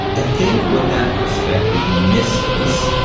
i think what that perspective misses,